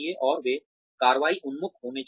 और वे कार्रवाई उन्मुख होना चाहिए